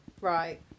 Right